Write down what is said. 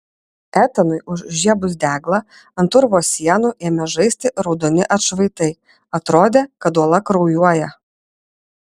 etanui užžiebus deglą ant urvo sienų ėmė žaisti raudoni atšvaitai atrodė kad uola kraujuoja